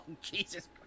Jesus